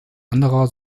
anderer